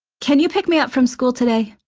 can you pick me up from school today?